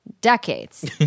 decades